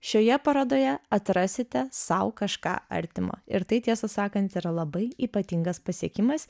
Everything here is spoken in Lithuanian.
šioje parodoje atrasite sau kažką artimo ir tai tiesą sakant yra labai ypatingas pasiekimas